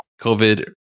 covid